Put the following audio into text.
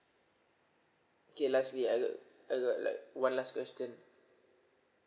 okay lastly I got I got like one last question